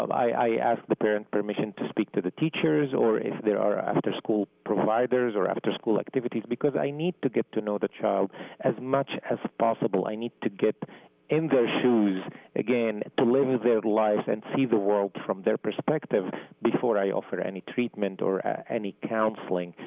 i ask the parent permission to speak to the teachers or if there are after school providers or after school activities because i need to get to know the child as much as possible. i need to get in their shoes again to live in ah their lives and see the world from their perspective before i offer any treatment or any counseling.